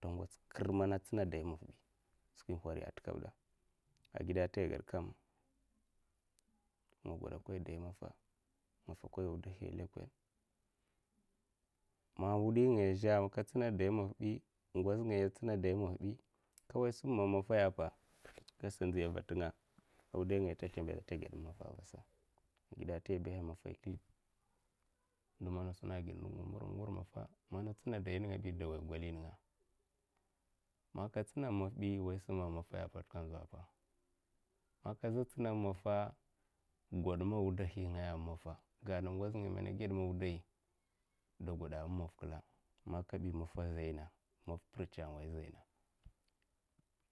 Ta ngots kir mana a tsina dayi maff' bi skwi nhwariya'n te kabi da, agidè anta ayè gad kam nga god'kam nga gwoda nkwai dayi maffa nga nfwa nkwai wudahi lekon' man nwudi ngaya n'za man ka tsina dayi maffa bi ngwoza ngaya ntsina day maff'bi nka nwoy sum man' maffahi apa aka sa nziya ava ntenga wudahi ngaya ata slembada ata goda mu maffa avasa ngide nta wudai maffa nte kilik, ndu man nga sunna ged ngur maffa mana ntsina dayi maff bi dou nwoy golai nenga man ka ntsina maff bi nwoya sam man maffay apa a nka nzwa apa man nka za ntsena maffa ngwoda ma wudahi'ngaya amuma mafa ganna ngoz' ngaya man gedma wudai'da gwoda amu mafa kla, man kabi maffa azaina, maffa mpercha n'woy zaina,